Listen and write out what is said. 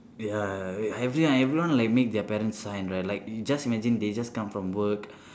ya with everyone everyone like make their parents sign right like just imagine they just come from work